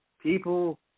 people